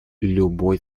любой